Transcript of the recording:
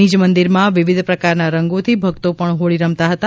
નિજ મંદિરમાં વિવિધ પ્રકારના રંગોથી ભક્તો પણ હોળી રમતા હતા